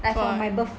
!wah!